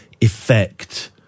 effect